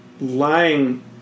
lying